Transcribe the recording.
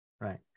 Right